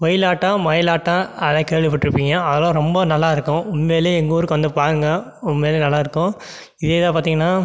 ஒயிலாட்டம் மயிலாட்டம் அதெல்லாம் கேள்விப்பட்டுருப்பீங்க அதெல்லாம் ரொம்ப நல்லா இருக்கும் உண்மையிலேயே எங்கள் ஊருக்கு வந்து பாருங்கள் உண்மையிலேயே நல்லாயிருக்கும் இதேதான் பார்த்தீங்கன்னா